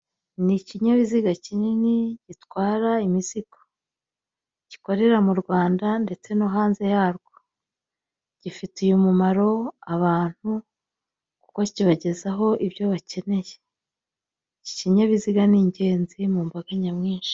Ni ikinyabiziga kinini gitwara imizigo gikorera mu Rwanda ndetse no hanze yarwo, gifitiye umumaro abantu kuko kibagezaho ibyo bakeneye, iki kinyabiziga ni ingenzi mu mbaga nyamwinshi.